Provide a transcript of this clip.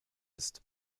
ist